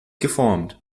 geformt